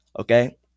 Okay